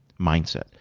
mindset